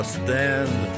stand